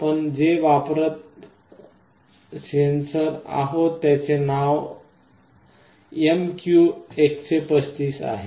आपण जे वापरत सेन्सर आहोत त्याचे नाव MQ135 आहे